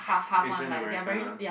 it's Jane American ah